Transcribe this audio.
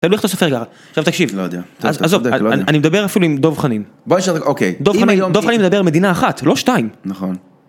תלוי איך אתה סופר גארד, עכשיו תקשיב. לא יודע. תעזוב, אני מדבר אפילו עם דוב חנין. בוא נשאל, אוקיי. דוב חנין מדבר על מדינה אחת, לא שתיים. נכון.